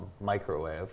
microwave